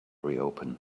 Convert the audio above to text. reopen